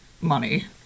money